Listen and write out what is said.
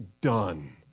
done